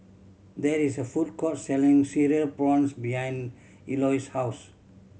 there is a food court selling Cereal Prawns behind Eloy's house